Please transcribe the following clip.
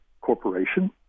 corporation